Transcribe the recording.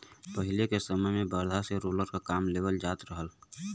पहिले के समय में बरधा से रोलर क काम लेवल जात रहल